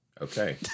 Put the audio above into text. Okay